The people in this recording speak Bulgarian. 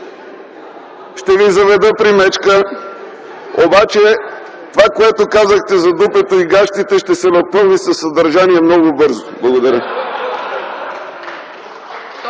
ще Ви заведа при мечка, обаче това, което казахте за дупето и гащите, ще се напълни със съдържание много бързо. Благодаря.